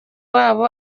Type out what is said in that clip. wabo